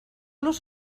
los